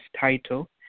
title